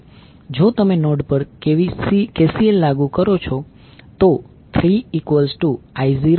જો તમે નોડ પર KCL લાગુ કરો છો તો 3I00